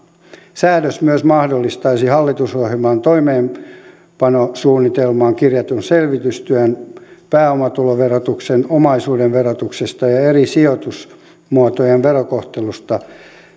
säädös myös mahdollistaisi hallitusohjelman toimeenpanosuunnitelmaan kirjatun selvitystyön pääomatuloverotuksesta omaisuuden verotuksesta ja eri sijoitusmuotojen verokohtelusta